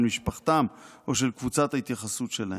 של משפחתם או של קבוצת ההתייחסות שלהם.